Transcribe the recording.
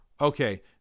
okay